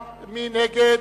נתקבלה.